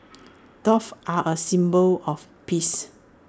doves are A symbol of peace